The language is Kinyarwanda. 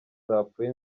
zapfuye